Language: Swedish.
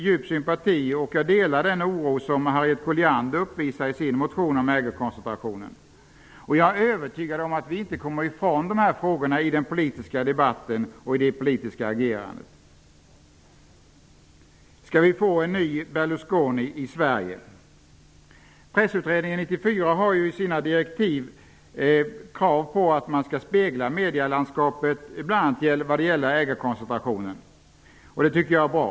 Jag delar den oro som Harriet Colliander uttrycker i sin motion om ägarkoncentrationen, och jag är övertygad om att vi inte kommer ifrån dessa frågor i den politiska debatten och i det politiska agerandet. Skall vi få en ny Berlusconi i Sverige? I direktiven till Pressutredningen 94 ställs kravet att utredningen skall spegla ägarlandskapet, bl.a. vad gäller ägarkoncentrationen, och det är bra.